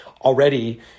already